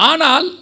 Anal